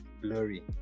blurry